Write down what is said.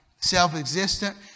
self-existent